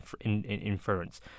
inference